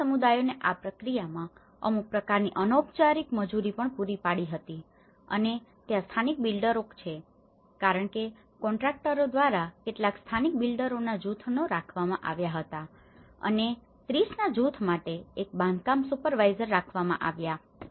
આ સમુદાયોએ આ પ્રક્રિયામાં અમુક પ્રકારની અનૌપચારિક મજૂરી પણ પૂરી પાડી હતી અને ત્યાં સ્થાનિક બિલ્ડરો છે કારણ કે કોન્ટ્રાક્ટરો દ્વારા કેટલાક સ્થાનિક બિલ્ડરોના જૂથોને રાખવામાં આવ્યા હતા અને ૩૦ના જૂથ માટે એક બાંધકામ સુપરવાઇઝર રાખવામાં આવ્યા હતા